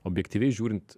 objektyviai žiūrint